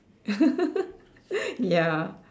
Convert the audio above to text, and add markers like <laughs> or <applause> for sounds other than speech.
<laughs> ya